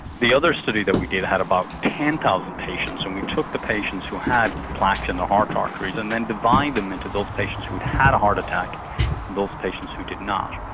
the other study that we did had about ten thousand patients and we took the patients who had plaque in the heart arteries and then divided them into those patients who had had a heart attack and those patients who did not.